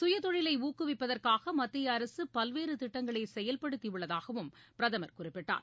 சுயதொழிலை ஊக்குவிப்பத்றகாக மத்திய அரசு பல்வேறு திட்டங்களை செயல்படுத்தி உள்ளதாகவும் பிரதமர் குறிப்பிட்டார்